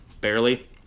barely